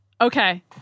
Okay